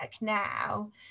now